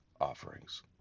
offerings